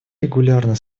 регулярно